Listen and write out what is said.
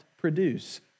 produce